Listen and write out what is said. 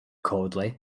coldly